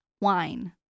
wine